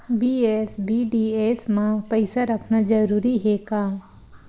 BSBDA मा पईसा रखना जरूरी हे का?